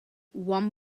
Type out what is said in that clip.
one